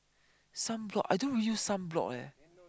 sunblock I don't even use sunblock leh